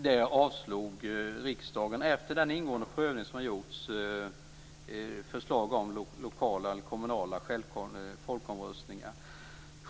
Förslag om lokala eller kommunala folkomröstningar har efter en ingående prövning avslagits av riksdagen.